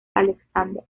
alexander